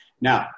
Now